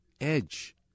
Edge